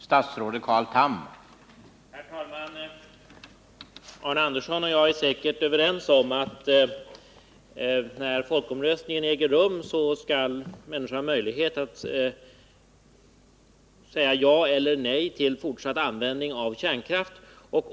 Herr talman! Arne Andersson i Ljung och jag är säkert överens om att när folkomröstningen äger rum, skall människor ha möjlighet att säga ja eller nej till fortsatt användning av kärnkraft.